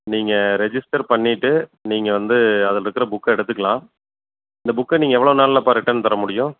நீங்கள் ரிஜிஸ்டர் பண்ணிட்டு நீங்கள் வந்து அதில் இருக்கிற புக்கை எடுத்துக்கலாம் இந்த புக்கை நீங்கள் எவ்வளோ நாளிலப்பா ரிட்டர்ன் தர முடியும்